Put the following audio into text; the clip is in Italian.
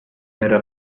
era